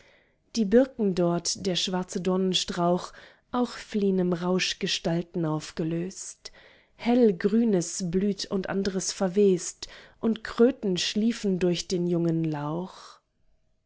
die birken dort der schwarze dornenstrauch auch fliehn im rauch gestalten aufgelöst hell grünes blüht und anderes verwest und kröten schliefen durch den jungen lauch